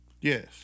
Yes